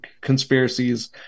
conspiracies